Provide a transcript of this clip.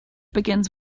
begins